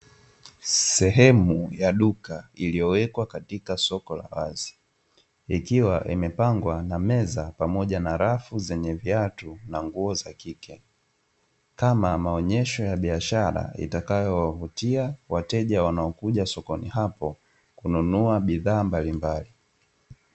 Sehemu ya duka iliyowekwa sehemu ya wazi kama sehemu ya wazI ikiwa imepangwa meza na rafu zenye viatu za kike Kama maonyesho ya biashara, itakayo wavutia kununua bidhaa mbalimbali.